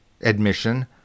admission